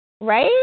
Right